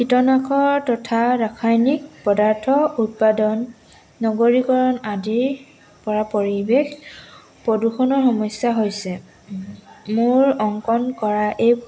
কীটনাশৰ তথা ৰাসায়নিক পদাৰ্থ উৎপাদন নগৰীকৰণ আদিৰ পৰা পৰিৱেশ প্ৰদূষণৰ সমস্যা হৈছে মোৰ অংকন কৰা এই